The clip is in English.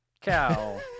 cow